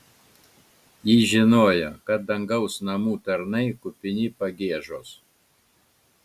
ji žinojo kad dangaus namų tarnai kupini pagiežos